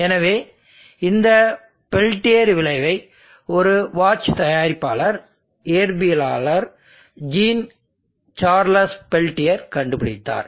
எனவே இந்த பெல்டியர் விளைவை ஒரு வாட்ச் தயாரிப்பாளர் இயற்பியலாளர் ஜீன் சார்லஸ் பெல்டியர் கண்டுபிடித்தார்